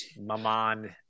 maman